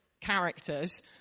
characters